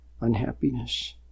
unhappiness